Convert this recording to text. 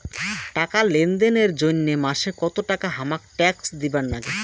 টাকা লেনদেন এর জইন্যে মাসে কত টাকা হামাক ট্যাক্স দিবার নাগে?